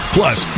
Plus